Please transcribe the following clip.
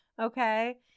Okay